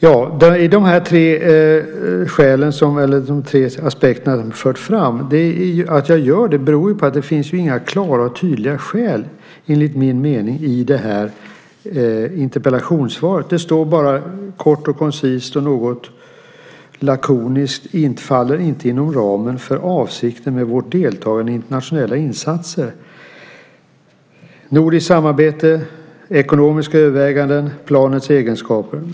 Att jag fört fram de tre aspekterna beror på att det enligt min mening inte finns några klara och tydliga skäl i interpellationssvaret. Det står bara kort och koncist, och något lakoniskt: ". faller inte inom ramen för avsikten med vårt deltagande i internationella insatser" - nordiskt samarbete, ekonomiska överväganden, planets egenskaper.